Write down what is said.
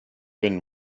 been